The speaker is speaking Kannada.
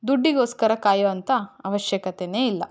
ದುಡ್ಡಿಗೋಸ್ಕರ ಕಾಯುವಂಥ ಅವಶ್ಯಕತೆನೇ ಇಲ್ಲ